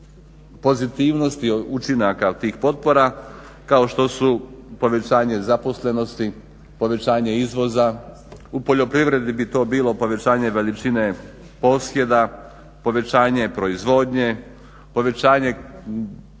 pozitivnosti učinaka tih potpora kao što su povećanje zaposlenosti, povećanje izvoza. U poljoprivredi bi to bilo povećanje veličine posjeda, povećanje proizvodnje, povećanje